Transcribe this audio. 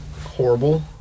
Horrible